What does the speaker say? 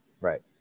Right